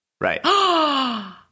Right